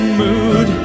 mood